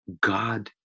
God